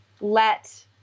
let